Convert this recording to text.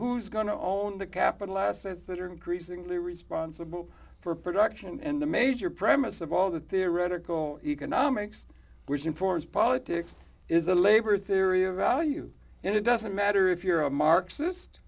to own the capital assets that are increasingly responsible for production and the major premise of all the theoretical economics which informs politics is the labor theory of value and it doesn't matter if you're a marxist